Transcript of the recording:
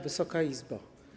Wysoka Izbo!